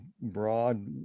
broad